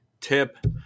tip